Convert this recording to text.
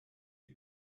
die